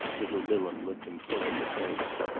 little bilham looked him full in the face.